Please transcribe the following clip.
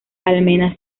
almenas